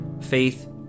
faith